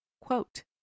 Quote